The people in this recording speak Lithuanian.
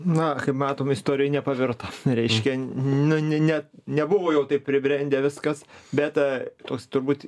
na kaip matom istorijoj nepavirto reiškia nu ne ne nebuvo jau taip pribrendę viskas bet toks turbūt